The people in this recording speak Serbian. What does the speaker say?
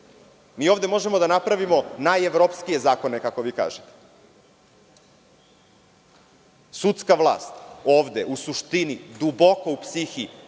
ovde možemo da napravimo najevropskije zakone, kako vi kažete. Sudska vlast ovde, u suštini, duboko u psihi